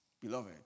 Beloved